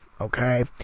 okay